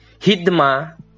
hidma